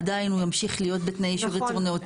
עדיין הוא ימשיך להיות בתנאי אישור ייצור נאות.